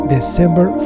December